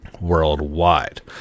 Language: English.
worldwide